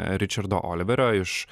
ričardo oliverio iš